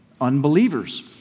unbelievers